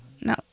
No